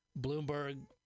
Bloomberg